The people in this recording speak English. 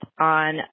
on